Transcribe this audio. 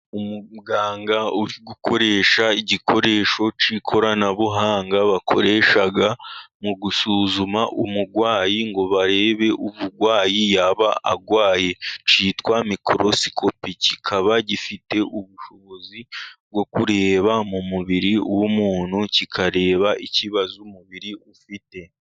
Umuganga uri gukoresha igikoresho cy'ikoranabuhanga, bakoresha mu gusuzuma umurwayi, ngo barebe uburwayi yaba arwaye cyitwa mikorosikopi, kikaba gifite ubushobozi bwo kureba mu mubiri w'umuntu, kikareba ikibazo umubiri ufite.